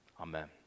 Amen